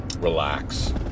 relax